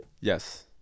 Yes